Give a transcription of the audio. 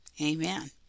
Amen